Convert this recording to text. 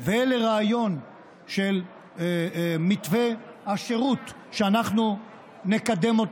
ולרעיון של מתווה השירות שאנחנו נקדם,